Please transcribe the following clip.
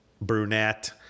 brunette